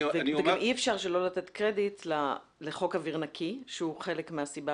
אי אפשר שלא לתת קרדיט לחוק אוויר נקי שהוא חלק מהסיבה